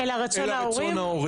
אלא רצון ההורים.